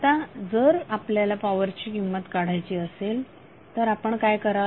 आता जर आपल्याला पॉवरची किंमत काढायची असेल तर आपण काय कराल